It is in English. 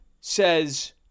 says